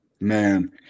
man